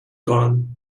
gone